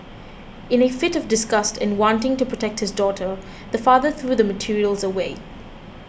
in a fit of disgust and wanting to protect his daughter the father threw the materials away